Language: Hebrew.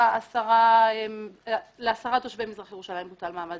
לעשרה תושבי מזרח ירושלים בוטל המעמד